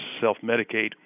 self-medicate